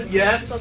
yes